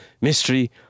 mystery